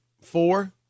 four